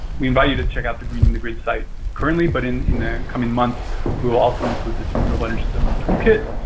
we invite you to check out the greening the grid site currently, but in in the coming months we will also include this renewable energy zones toolkit.